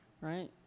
Right